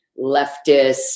leftist